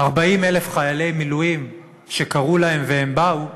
40,000 חיילי מילואים שקראו להם והם באו,